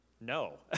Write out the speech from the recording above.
No